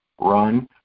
run